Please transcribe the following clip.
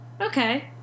Okay